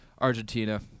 Argentina